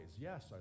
Yes